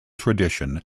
tradition